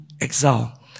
exile